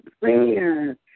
prayer